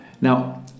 Now